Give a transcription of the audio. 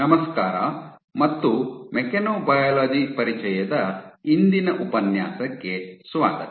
ನಮಸ್ಕಾರ ಮತ್ತು ಮೆಕ್ಯಾನೊಬಯಾಲಜಿ ಪರಿಚಯದ ಇಂದಿನ ಉಪನ್ಯಾಸಕ್ಕೆ ಸ್ವಾಗತ